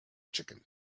chicken